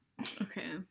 Okay